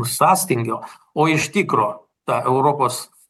sąstingio o iš tikro ta europos